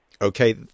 Okay